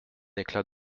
éclat